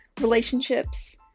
relationships